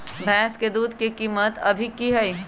भैंस के दूध के कीमत अभी की हई?